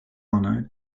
honour